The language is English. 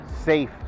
safe